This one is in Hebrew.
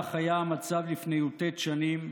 כך היה המצב לפני י"ט שנים,